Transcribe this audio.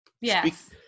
Yes